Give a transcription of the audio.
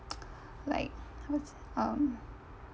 like how to say um